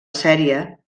sèrie